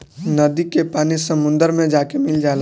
नदी के पानी समुंदर मे जाके मिल जाला